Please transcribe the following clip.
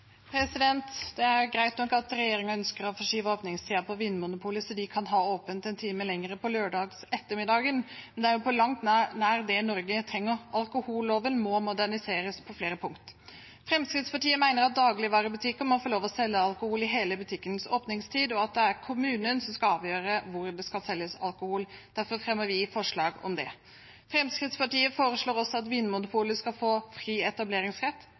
greit nok at regjeringen ønsker å forskyve åpningstiden på Vinmonopolet så de kan ha åpent en time lenger på lørdag ettermiddag, men det er på langt nær det Norge trenger. Alkoholloven må moderniseres på flere punkter. Fremskrittspartiet mener at dagligvarebutikker må få lov til å selge alkohol i hele butikkens åpningstid, og at det er kommunen som skal avgjøre hvor det skal selges alkohol. Derfor fremmer vi forslag om det. Fremskrittspartiet foreslår også at Vinmonopolet skal få fri etableringsrett.